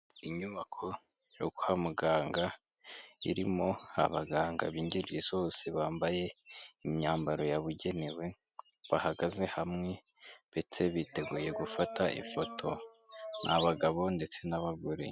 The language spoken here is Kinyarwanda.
Inyubako yo kwa muganga irimo abaganga b'ingeri zose bambaye imyambaro yabugenewe, bahagaze hamwe ndetse biteguye gufata ifoto, abagabo ndetse n'abagore.